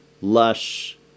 lush